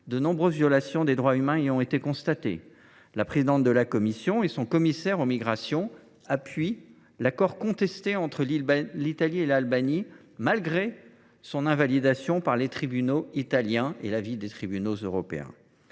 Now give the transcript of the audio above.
de nombreuses violations des droits humains y ont été constatées. La présidente de la Commission et son commissaire aux affaires intérieures et à la migration appuient l’accord contesté entre l’Italie et l’Albanie, malgré son invalidation par les tribunaux italiens et l’avis des tribunaux européens.